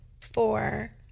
four